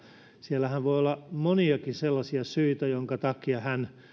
siellähän voi olla moniakin sellaisia syitä joiden takia hän